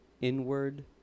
inward